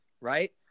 right